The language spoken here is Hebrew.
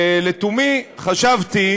לתומי חשבתי